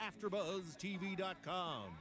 afterbuzztv.com